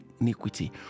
iniquity